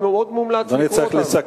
שקודם כול מומלץ לקרוא אותן, אדוני צריך לסכם.